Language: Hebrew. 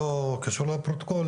לא קשור לפרוטוקול,